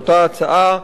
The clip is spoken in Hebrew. באותה הצעה.